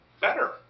better